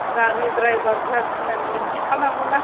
गारि ड्राइभारफ्रा सिनाय मिन्थिखानांगौ ना